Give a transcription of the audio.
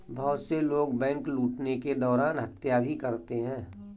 बहुत से लोग बैंक लूटने के दौरान हत्या भी करते हैं